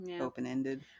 Open-ended